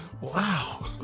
wow